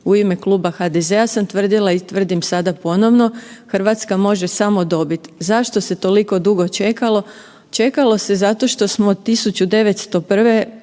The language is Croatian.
U ime Kluba HDZ-a sam tvrdila i tvrdim sada ponovno, RH može samo dobit. Zašto se toliko dugo čekalo? Čekalo se zato što smo 1901.